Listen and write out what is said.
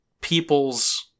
people's